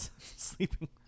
sleeping